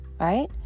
right